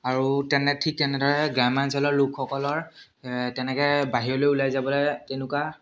আৰু তেনে ঠিক তেনেদৰে গ্ৰাম্যাঞ্চলৰ লোকসকলৰ তেনেকৈ বাহিৰলৈ ওলাই যাবলৈ তেনেকুৱা